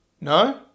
No